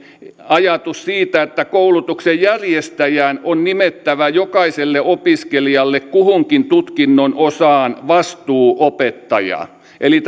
ajatus siitä että koulutuksen järjestäjän on nimettävä jokaiselle opiskelijalle kuhunkin tutkinnon osaan vastuuopettaja eli